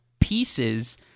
pieces